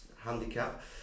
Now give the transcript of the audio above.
handicap